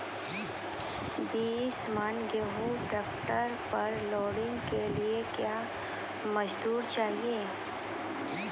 बीस मन गेहूँ ट्रैक्टर पर लोडिंग के लिए क्या मजदूर चाहिए?